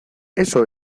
eso